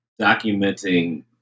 documenting